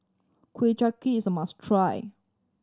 Ku Chai Kuih is a must try